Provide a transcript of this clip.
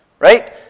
right